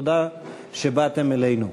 תודה שבאתם אלינו.